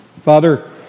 Father